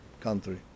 country